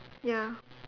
ya